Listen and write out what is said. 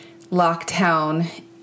lockdown